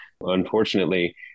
unfortunately